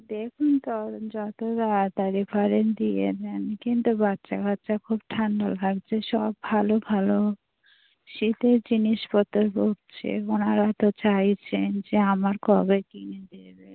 দেখুন তাও যতো তাড়াতাড়ি পারেন দিয়ে দেন কিন্তু বাচ্চা কাচ্চা খুব ঠান্ডা লাগজে সব ভালো ভালো শীতের জিনিসপত্র পরছে ওনারা তো চাইছেন যে আমার কবে কিনে দেবে